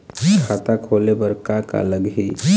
खाता खोले बर का का लगही?